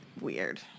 weird